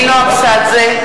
(קוראת בשמות חברי הכנסת) נינו אבסדזה,